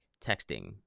texting